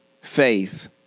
faith